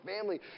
family